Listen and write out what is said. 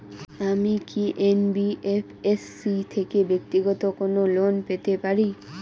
আমি কি এন.বি.এফ.এস.সি থেকে ব্যাক্তিগত কোনো লোন পেতে পারি?